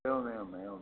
एवम् एवम् एवमेवं